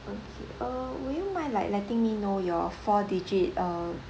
okay uh would you mind like letting me know your four digit uh